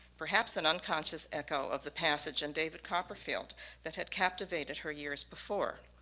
perhaps an unconscious echo of the passage in david copperfield that had captivated her years before.